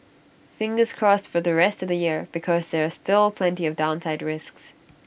fingers crossed for the rest of the year because there are still plenty of downside risks